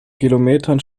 kilometern